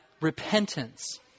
repentance